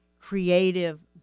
creative